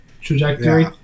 trajectory